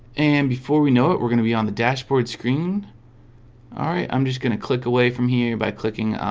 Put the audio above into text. and before we know it we're gonna be on the dashboard screen all right. i'm just gonna click away from here by clicking.